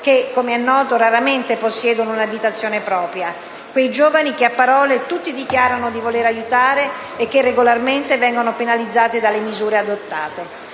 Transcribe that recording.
che, come noto raramente possiedono una loro abitazione: quei giovani che, a parole, tutti dichiarano di voler aiutare e che regolarmente vengono penalizzati dalle misure adottate.